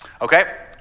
Okay